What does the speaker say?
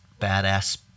badass